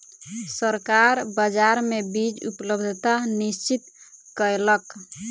सरकार बाजार मे बीज उपलब्धता निश्चित कयलक